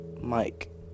Mike